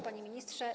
Panie Ministrze!